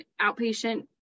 outpatient